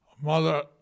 Mother